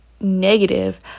negative